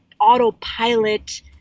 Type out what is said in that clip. autopilot